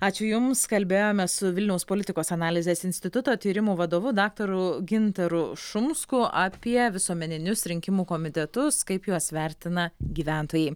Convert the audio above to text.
ačiū jums kalbėjomės su vilniaus politikos analizės instituto tyrimų vadovu daktaru gintaru šumsku apie visuomeninius rinkimų komitetus kaip juos vertina gyventojai